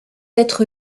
être